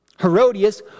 Herodias